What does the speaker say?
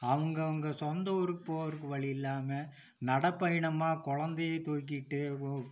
அவங்கவுங்க சொந்த ஊருக்கு போகிறக்கு வழியில்லாம நடைப்பயணமா கொழந்தையை தூக்கிட்டு உ